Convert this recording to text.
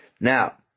Now